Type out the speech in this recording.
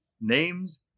Names